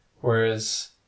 Whereas